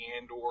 Andor